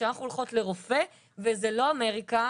כשאנחנו הולכות לרופא וזה לא אמריקה,